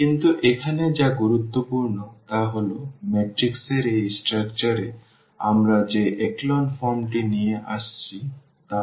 কিন্তু এখানে যা গুরুত্বপূর্ণ তা হল এই ম্যাট্রিক্স এর এই স্ট্রাকচার এ আমরা যে echelon form টি নিয়ে এসেছি তা রাখা